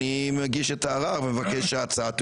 אני מגיש את הערר ומבקש שההצעה תאושר.